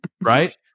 right